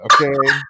okay